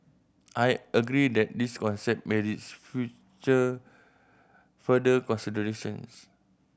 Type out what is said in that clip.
I agree that this concept merits future further considerations